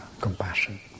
compassion